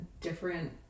different